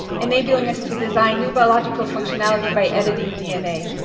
enabling us to design new biological functionality by editing dna.